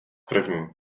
první